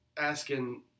asking